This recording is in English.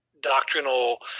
doctrinal